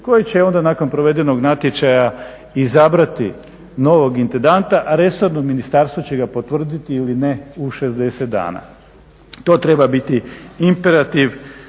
koji će onda nakon provedenog natječaja izabrati novog intendanta a resorno ministarstvo će ga potvrditi ili ne u 60 dana. To treba biti imperativ